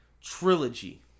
Trilogy